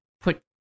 put